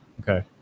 Okay